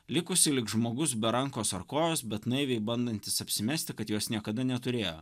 likusi lyg žmogus be rankos ar kojos bet naiviai bandantis apsimesti kad jos niekada neturėjo